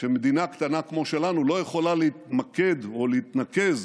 שמדינה קטנה כמו שלנו לא יכולה להתמקד או להתנקז